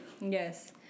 Yes